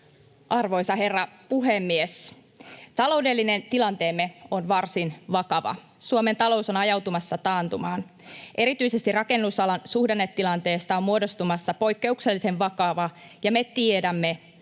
Arvoisa herra puhemies! Taloudellinen tilanteemme on varsin vakava. Suomen talous on ajautumassa taantumaan. Erityisesti rakennusalan suhdannetilanteesta on muodostumassa poikkeuksellisen vakava, ja me tiedämme,